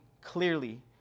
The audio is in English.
clearly